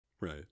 Right